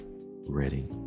ready